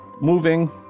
moving